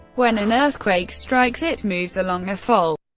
when an earthquake strikes, it moves along a fault.